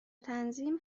تنظیم